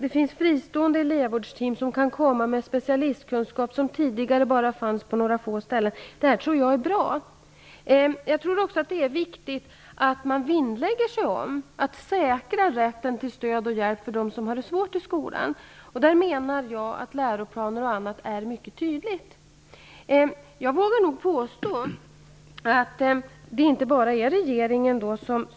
Det finns fristående elevvårdsteam som kan komma med specialistkunskap som tidigare bara fanns på några få ställen. Det här tror jag är bra. Jag tror också att det är viktigt att man vinnlägger sig om att säkra rätten till stöd och hjälp för dem som har det svårt i skolan. Där menar jag att läroplaner och annat är mycket tydliga. Jag vågar nog påstå att det inte bara är regeringen